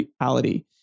reality